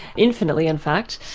infinitely in fact.